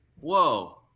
Whoa